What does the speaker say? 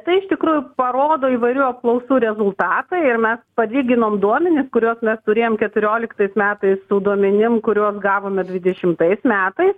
tai iš tikrųjų parodo įvairių apklausų rezultatai ir mes palyginom duomenis kuriuos turėjom keturioliktais metais su duomenim kuriuos gavome dvidešimtais metais